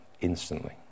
Instantly